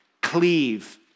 cleave